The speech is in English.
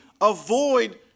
avoid